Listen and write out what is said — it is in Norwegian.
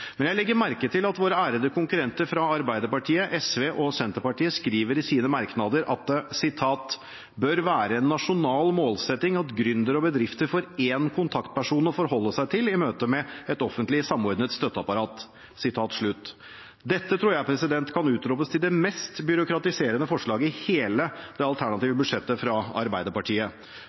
Men jeg legger merke til at våre ærede konkurrenter fra Arbeiderpartiet, SV og Senterpartiet skriver i sine merknader at «det bør være en nasjonal målsetning at gründere og bedrifter får én kontaktperson å forholde seg til i møte med et offentlig samordnet støtteapparat». Dette tror jeg kan utropes til det mest byråkratiserende forslaget i hele det alternative budsjettet fra Arbeiderpartiet.